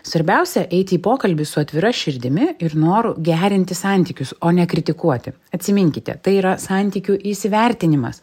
svarbiausia eiti į pokalbį su atvira širdimi ir noru gerinti santykius o ne kritikuoti atsiminkite tai yra santykių įsivertinimas